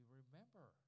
remember